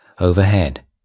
Overhead